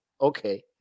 Okay